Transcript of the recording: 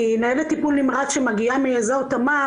כי ניידת טיפול נמרץ שמגיעה מאזור תמר,